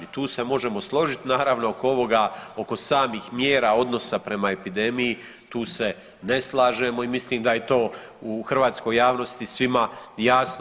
I tu se možemo složiti naravno oko ovoga, oko samih mjera odnosa prema epidemiji tu se ne slažemo i mislim da je to u hrvatskoj javnosti svima jasno.